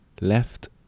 left